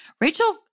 Rachel